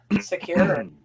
secure